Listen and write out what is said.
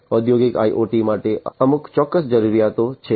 ઔદ્યોગિક IoT માટે અમુક ચોક્કસ જરૂરિયાતો છે